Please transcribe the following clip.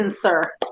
sir